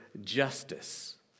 justice